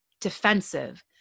defensive